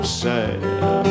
sad